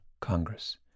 Congress